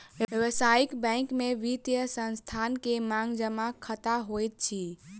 व्यावसायिक बैंक में वित्तीय संस्थान के मांग जमा खता होइत अछि